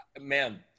man